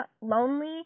lonely